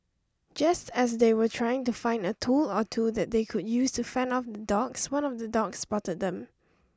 just as they were trying to find a tool or two that they could use to fend off the dogs one of the dogs spotted them